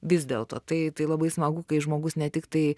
vis dėlto tai tai labai smagu kai žmogus ne tiktai